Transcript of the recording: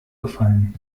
gefallen